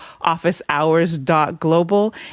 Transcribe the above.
officehours.global